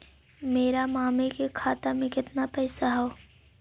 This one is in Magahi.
मेरा मामी के खाता में कितना पैसा हेउ?